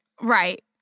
Right